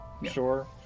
Sure